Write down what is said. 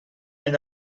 and